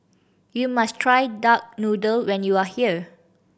you must try duck noodle when you are here